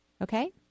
Okay